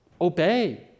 Obey